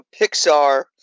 Pixar